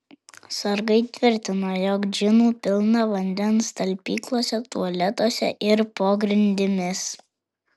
sargai tvirtino jog džinų pilna vandens talpyklose tualetuose ir po grindimis